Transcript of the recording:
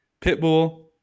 Pitbull